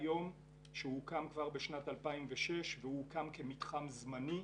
שוק שהוקם כבר בשנת 2006 והוא הוקם כמתחם זמני.